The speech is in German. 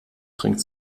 trinkt